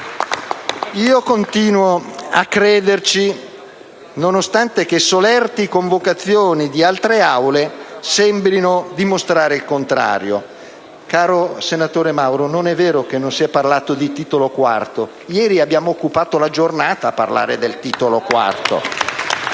io continuo a crederci, nonostante solerti convocazioni di altre Aule sembrino dimostrare il contrario. Caro senatore Mauro, non è vero che non si è parlato di Titolo IV della Parte II della Costituzione: ieri abbiamo occupato la giornata a parlare del Titolo IV.